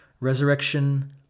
Resurrection